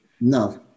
No